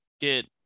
get